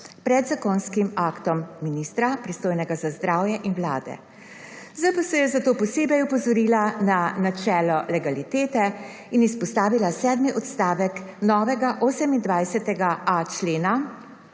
pred zakonskim aktom ministra, pristojnega za zdravje in vlade. ZPS je posebej opozorila na načelo legalitete in izpostavila sedmi odstavek novega 28.a člena